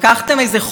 מיותר,